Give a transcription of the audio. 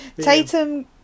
Tatum